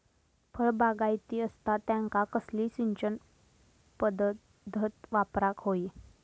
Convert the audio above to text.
फळबागायती असता त्यांका कसली सिंचन पदधत वापराक होई?